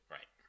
Right